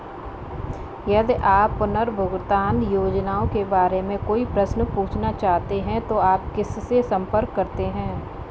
यदि आप पुनर्भुगतान योजनाओं के बारे में कोई प्रश्न पूछना चाहते हैं तो आप किससे संपर्क करते हैं?